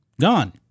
gone